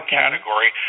category